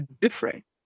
different